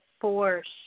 force